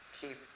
keep